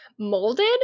molded